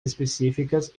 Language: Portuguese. específicas